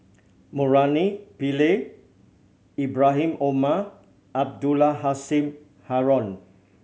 Murali Pillai Ibrahim Omar Abdul Halim Haron